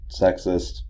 sexist